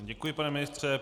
Děkuji, pane ministře.